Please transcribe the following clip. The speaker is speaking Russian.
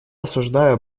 осуждаю